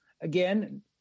again